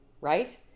right